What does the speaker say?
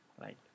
right